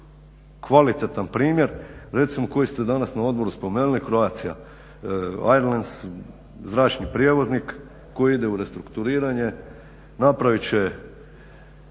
kvalitetan primjer recimo koji ste danas na odboru spomenuli Croatia airlines zračni prijevoznik koji ide u restrukturiranje. Napravit će